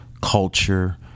culture